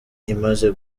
imaze